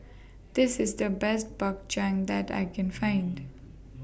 This IS The Best Bak Chang that I Can Find